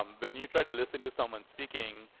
when you try to listen to someone speaking,